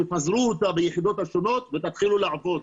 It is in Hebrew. תפזרו אותה בין היחידות השונות ותתחילו לעבוד.